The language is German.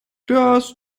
das